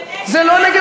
זה נגד